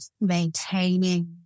maintaining